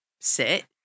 sit